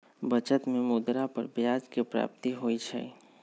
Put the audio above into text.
बचत में मुद्रा पर ब्याज के प्राप्ति होइ छइ